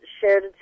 shared